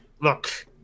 Look